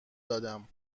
دادم